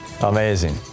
Amazing